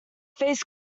faced